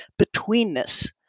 betweenness